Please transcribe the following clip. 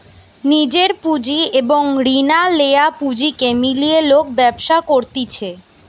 নিজের পুঁজি এবং রিনা লেয়া পুঁজিকে মিলিয়ে লোক ব্যবসা করতিছে